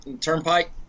Turnpike